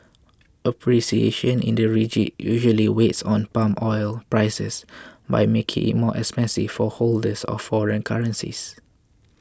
appreciation in the ringgit usually weights on palm oil prices by making it more expensive for holders of foreign currencies